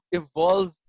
evolve